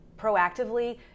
proactively